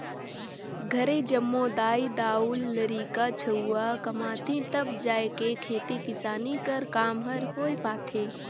घरे जम्मो दाई दाऊ,, लरिका छउवा कमाथें तब जाएके खेती किसानी कर काम हर होए पाथे